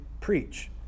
preach